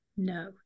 No